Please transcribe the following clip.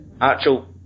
actual